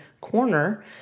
corner